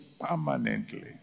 Permanently